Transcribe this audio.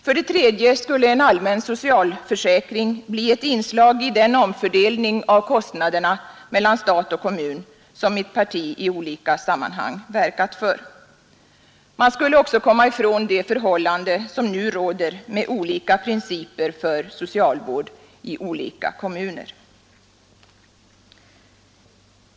För det tredje skulle en allmän socialförsäkring bli ett inslag i den allmänna omfördelningen av kostnaderna mellan stat och kommun som mitt parti i olika sammanhang verkat för. Man skulle också komma ifrån det förhållande som nu råder med olika principer för socialvård i skilda kommuner.